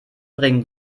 bringen